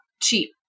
cheap